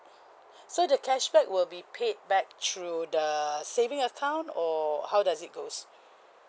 so the cashback will be paid back through the saving account or how does it goes